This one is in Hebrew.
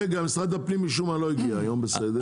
הפנים לא הגיע היום משום מה.